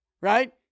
right